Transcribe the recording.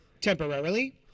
Temporarily